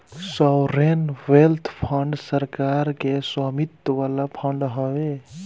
sovereign wealth fund सरकार के स्वामित्व वाला फंड हवे